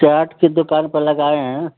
चाट की दुकान पे लगाए हैं